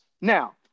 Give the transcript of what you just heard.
Now